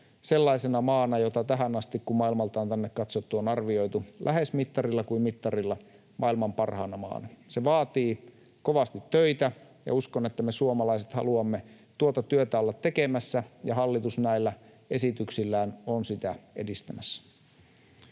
sellaisena maana, jota tähän asti, kun maailmalta on tänne katsottu, on arvioitu lähes mittarilla kuin mittarilla maailman parhaana maana. Se vaatii kovasti töitä, ja uskon, että me suomalaiset haluamme tuota työtä olla tekemässä, ja hallitus näillä esityksillään on sitä edistämässä.